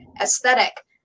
aesthetic